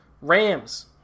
Rams